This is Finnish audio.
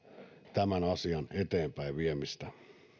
tämän asian eteenpäinviemistä